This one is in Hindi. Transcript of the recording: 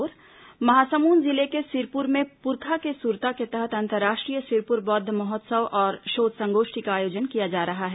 सिरपुर पाली महोत्सव महासमुंद जिले के सिरपुर में पुरखा के सुरता के तहत अंतर्राष्ट्रीय सिरपुर बौद्ध महोत्सव और शोध संगोष्ठी का आयोजन किया जा रहा है